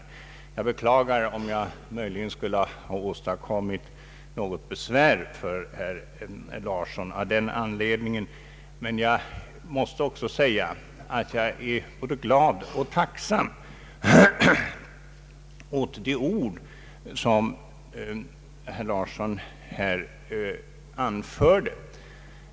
Jag beklagar om jag möjligen skulle ha åstadkommit något besvär för herr Larsson av den anledningen, men jag måste också säga att jag är glad och tacksam för de ord som herr Larsson här anförde.